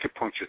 acupuncture